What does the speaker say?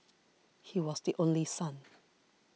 he was the only son